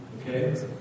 Okay